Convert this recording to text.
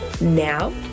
Now